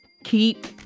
Keep